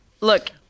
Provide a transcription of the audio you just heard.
Look